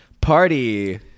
party